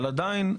אבל עדיין,